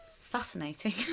Fascinating